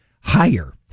higher